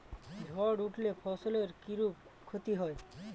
ঝড় উঠলে ফসলের কিরূপ ক্ষতি হয়?